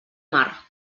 mar